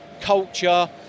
culture